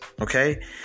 Okay